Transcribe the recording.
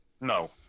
No